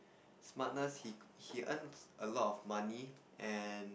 smartness he he earns a lot of money and